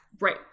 Right